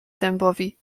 dębowi